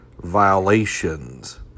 violations